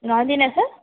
Gandhi Nagar